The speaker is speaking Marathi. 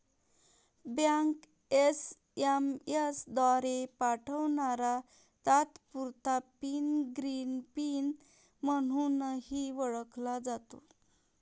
बँक एस.एम.एस द्वारे पाठवणारा तात्पुरता पिन ग्रीन पिन म्हणूनही ओळखला जातो